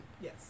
Yes